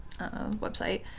website